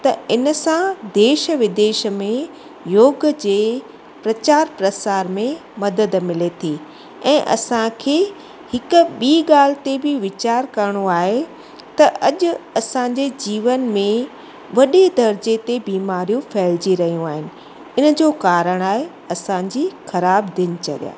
त इनसां देश विदेश में योग जे प्रचार प्रसार में मदद मिले थी ऐं असांखे हिकु ॿी ॻाल्हि ते बि वीचारु करिणो आहे त अॼु असांजे जीवन में वॾी दर्जे ते बीमारियूं फ़ैलिजी रहियूं आहिनि इनजो कारणु आहे असांजी ख़राबु दिनचर्या